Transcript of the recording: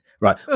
right